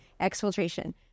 Exfiltration